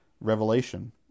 revelation